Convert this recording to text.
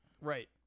Right